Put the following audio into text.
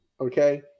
Okay